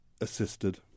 assisted